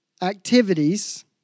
activities